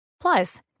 Plus